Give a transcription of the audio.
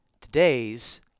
Today's